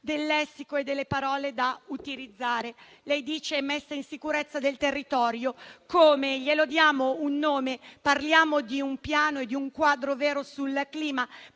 del lessico e delle parole da utilizzare. Lei parla di messa in sicurezza del territorio, ma glielo diamo un nome? Parliamo di un piano e di un quadro vero sul clima.